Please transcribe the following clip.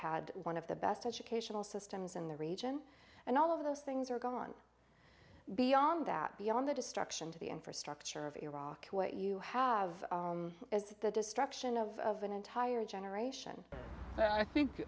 had one of the best educational systems in the region and all of those things are gone beyond that beyond the destruction to the infrastructure of iraq what you have as the destruction of an entire generation but i think